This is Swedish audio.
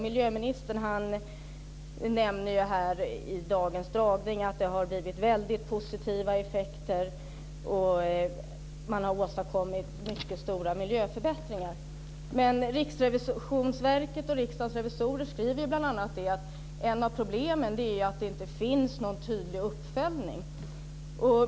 Miljöministern nämner här i dagens redogörelse att det har blivit väldigt positiva effekter och att man har åstadkommit mycket stora miljöförbättringar. Men Riksrevisionsverket och Riksdagens revisorer skriver ju bl.a. att ett av problemen är att det inte finns någon tydlig uppföljning.